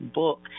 book